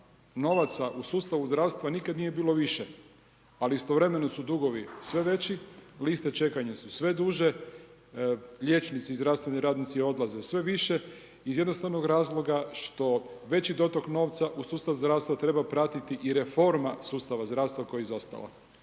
novaca u sustavu zdravstva nikad nije bilo više ali istovremeno su dugovi sve veći, liste čekanja su sve duže, liječnici i zdravstveni radnici odlaze sve više iz jednostavnog razloga što veći dotok novca u sustavu zdravstva treba pratiti i reforma sustava zdravstva koja je izostala.